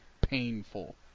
painful